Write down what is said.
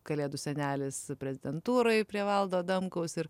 kalėdų senelis prezidentūroj prie valdo adamkaus ir